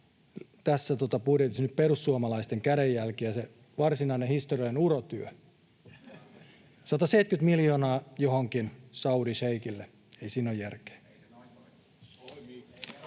tässä budjetissa nyt perussuomalaisten kädenjälki ja se varsinainen historiallinen urotyö. 170 miljoonaa johonkin saudišeikille — ei siinä ole järkeä.